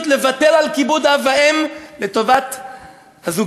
לוותר על כיבוד אב ואם לטובת הזוגיות.